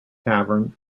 tavern